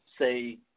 say